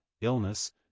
illness